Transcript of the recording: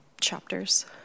chapters